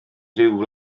rhyw